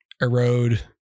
erode